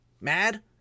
mad